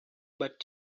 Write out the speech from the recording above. but